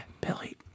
Billy